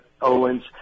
Owens